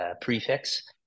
prefix